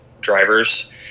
drivers